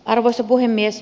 arvoisa puhemies